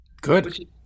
Good